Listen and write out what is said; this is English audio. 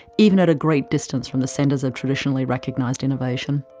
even at great distance from the centers of traditionally recognised innovation.